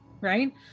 Right